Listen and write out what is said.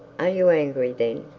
are you angry then?